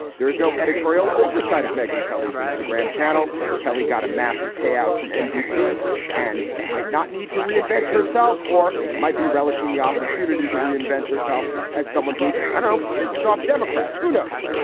there is no editorial oversight of meghan kelly's instagram channel. kelly got a massive payout from nbc and might not need to reinvent herself or might be relishing the opportunity to reinvent herself as someone who i know pisses off democrats. who knows?